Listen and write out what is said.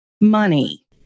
money